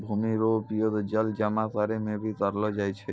भूमि रो उपयोग जल जमा करै मे भी करलो जाय छै